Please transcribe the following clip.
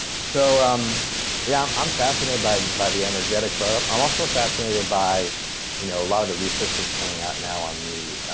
so um yeah, i'm um fascinated by by the energetics, but i'm also fascinated by a you know lot of the research just coming out now on the